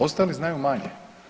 Ostali znaju manje.